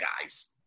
guys